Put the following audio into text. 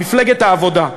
מפלגת העבודה.